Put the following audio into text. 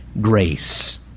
grace